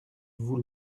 vous